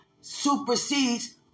supersedes